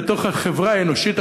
בתוך החברה האנושית,